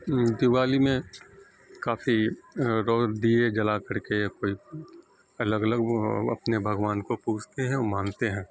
دیوالی میں کافی دیے جلا کر کے کوئی الگ الگ وہ اپنے بھگوان کو پوجتے ہیں مانتے ہیں